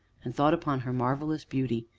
and thought upon her marvellous beauty,